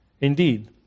Indeed